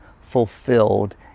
fulfilled